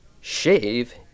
shave